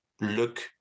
look